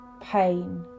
pain